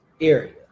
area